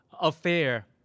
affair